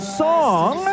song